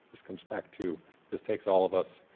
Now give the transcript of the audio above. this comes back to this takes all of us,